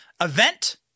event